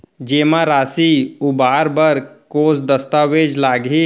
जेमा राशि उबार बर कोस दस्तावेज़ लागही?